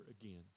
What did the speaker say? again